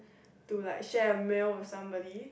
to like share a meal with somebody